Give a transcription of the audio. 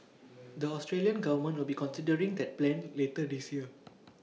the Australian government will be considering that plan later this year